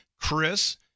Chris